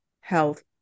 health